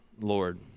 Lord